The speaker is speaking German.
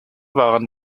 waren